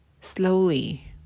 slowly